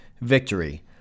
victory